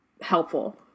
helpful